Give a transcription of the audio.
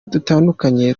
dutandukanye